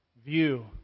view